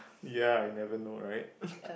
ya I never know right